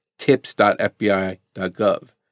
tips.fbi.gov